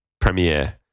premiere